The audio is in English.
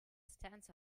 stance